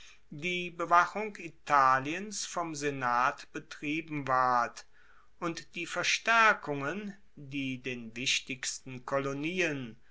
die bewachung italiens vom senat betrieben ward und die verstaerkungen die den wichtigsten kolonien